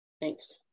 Thanks